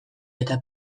eta